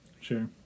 Sure